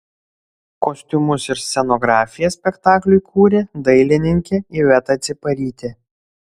kostiumus ir scenografiją spektakliui kūrė dailininkė iveta ciparytė